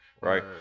Right